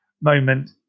moment